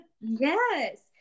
yes